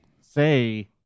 say